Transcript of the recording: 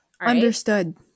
Understood